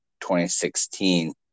2016